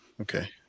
okay